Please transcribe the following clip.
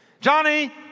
Johnny